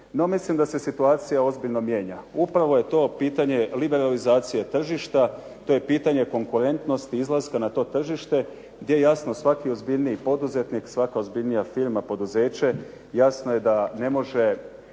mislim da se situacija opasno mijenja. Upravo je to pitanje liberalizacije tržišta, to je pitanje konkurentnosti izlaska na to tržište gdje jasno svaki ozbiljniji poduzetnik, svaka ozbiljnija firma, poduzeće jasno je da ne može